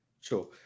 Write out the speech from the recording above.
sure